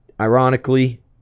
Ironically